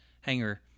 hanger